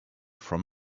from